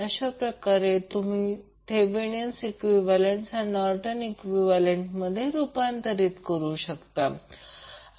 अशाप्रकारे तुम्ही Thevenin equivalent हा नोर्टन इक्विवैलेन्टमध्ये रूपांतर करू शकता